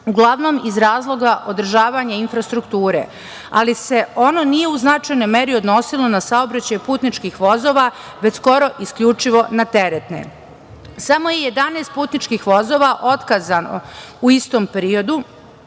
uglavnom iz razloga održavanje infrastrukture, ali se ono nije u značajnoj meri odnosilo na saobraćaj putničkih vozova, već skoro isključivo na teretne. Samo je 11 putničkih vozova otkazano u istom periodu,